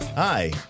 Hi